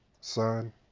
son